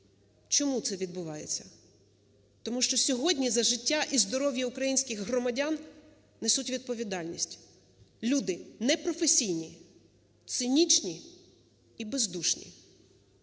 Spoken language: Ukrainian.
Чому це відбувається? Тому що сьогодні за життя і здоров'я українських громадян несуть відповідальність люди непрофесійні, цинічні і бездушні.